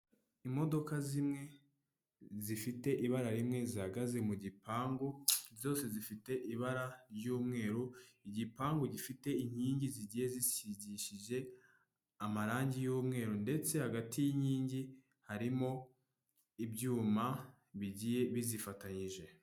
Imodoka zimwe zifite ibara rimwe zihagaze mu gipangu zose zifite ibara ry'umweru igipangu gifite inkingi zigiye zisigishije amarangi y'umweru ndetse hagati y'inkingi harimo ibyuma bigiye bizifatanyije.